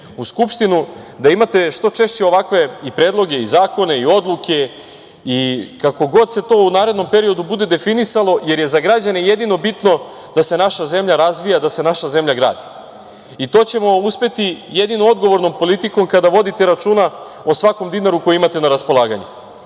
u Skupštinu, da imate što češće ovakve i predloge i zakone i odluke i kako god se to u narednom periodu bude definisalo, jer je za građane jedino bitno da se naša zemlja razvija, da se naša zemlja gradi. To ćemo uspeti jedino odgovornom politikom kada vodite računa o svakom dinaru koji imate na raspolaganju. Znate,